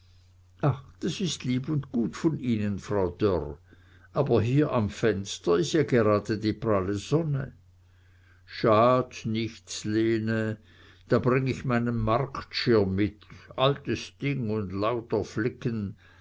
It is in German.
ach das is lieb und gut von ihnen frau dörr aber hier am fenster is ja grade die pralle sonne schadt nichts lene da bring ich meinen marchtschirm mit altes ding und lauter flicken